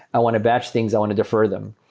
i want to batch things. i want to differ them.